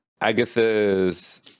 Agatha's